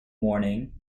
morning